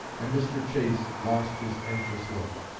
and mr. chase lost his anxious look.